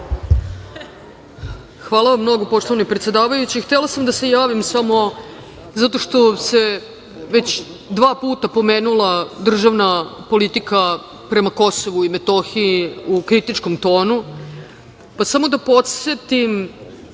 Hvala vam mnogo, poštovani predsedavajući. Htela sam da se javim samo zato što se već dva puta pomenula državna politika prema Kosovu i Metohiji u kritičkom tonu. Samo da podsetim